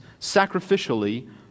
sacrificially